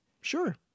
Sure